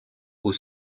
aux